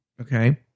okay